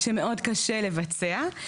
שמאוד קשה לבצע.